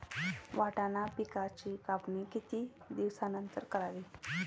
वाटाणा पिकांची कापणी किती दिवसानंतर करावी?